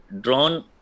drawn